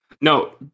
No